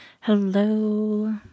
Hello